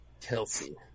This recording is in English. Kelsey